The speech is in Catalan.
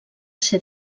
ser